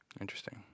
Interesting